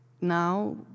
now